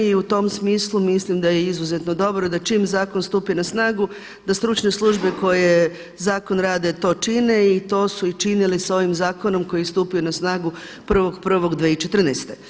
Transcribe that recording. I u tom smislu mislim da je izuzetno dobro da čim zakon stupi na snagu da stručne službe koje zakon rade to čine i to su i činili sa ovim zakonom koji je stupio na snagu 1.1.2014.